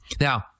Now